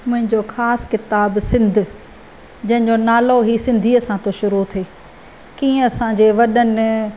मुंहिंजो ख़ासि किताबु सिंध जंहिंजो नालो ई सिंधीअ सां थो शुरू थिए कीअं असांजे वॾनि